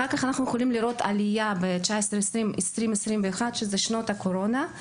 אחר כך אנחנו יכולים לראות עלייה ב-2021,2020,2019 ואלה שנות הקורונה,